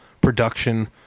production